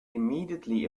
immediately